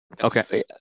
Okay